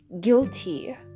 guilty